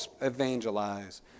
evangelize